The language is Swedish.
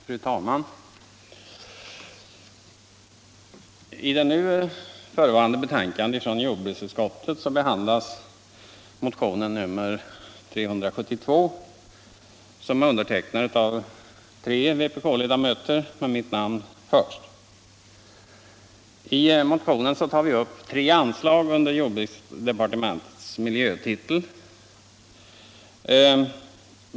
Fru talman! I nu förevarande betänkande från jordbruksutskottet be-. handlas motion nr 372, som är undertecknad av tre vpk-ledamöter med mitt namn först. Vi tar i motionen upp tre anslag under jordbruksdepartementets miljötitel.